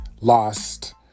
lost